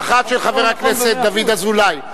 האחת של חבר הכנסת דוד אזולאי,